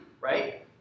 right